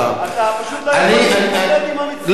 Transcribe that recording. אתה פשוט לא יודע איך להתמודד עם המציאות.